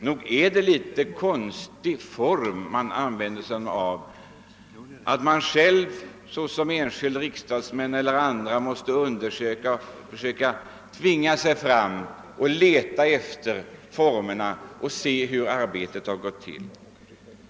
Nog är det väl en konstig form som används då enskilda riksdagsmän eller andra måste söka sig fram och tvinga fram uppgifter om hur arbetet har gått till.